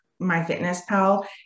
MyFitnessPal